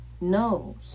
No